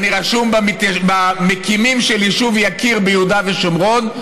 אני רשום בין המקימים של היישוב יקיר ביהודה ושומרון,